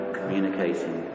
communicating